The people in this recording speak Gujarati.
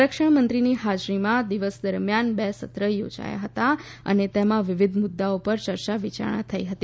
સંરક્ષણ મંત્રીની હાજરીમાં દિવસ દરમિયાન બે સત્ર યોજાયાં હતાં અને તેમાં વિવિધ મુદ્દાઓ પર ચર્ચા વિચારણા થઈ હતી